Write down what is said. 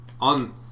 on